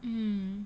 mm